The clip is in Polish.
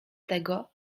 tego